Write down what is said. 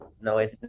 no